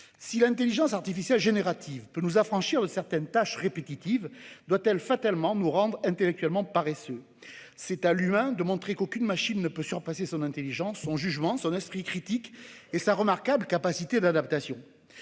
d'intelligence. Si l'IA générative peut nous affranchir de certaines tâches répétitives, doit-elle fatalement nous rendre intellectuellement paresseux ? C'est à l'humain de montrer qu'aucune machine ne peut surpasser son intelligence, son jugement, son esprit critique et sa remarquable capacité d'adaptation.